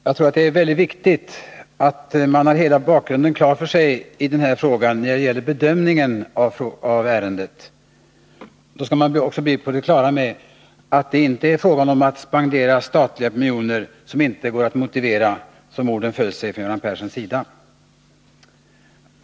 Fru talman! Det är mycket viktigt att man har hela bakgrunden klar för sig när man skall bedöma detta ärende. Om man har det, skall man också bli på det klara med att det inte är fråga om att spendera statliga miljoner som inte går att motivera, som Göran Perssons ord föll.